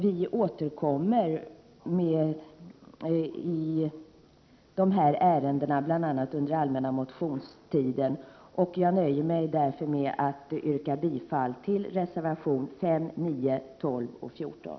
Vi återkommer i dessa ärenden, bl.a. under den allmänna motionstiden. Jag nöjer mig därför med att yrka bifall till reservationerna 5, 9, 12 och 14.